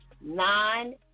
nine